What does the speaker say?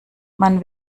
man